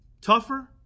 tougher